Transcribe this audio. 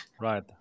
right